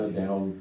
down